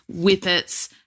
whippets